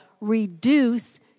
reduce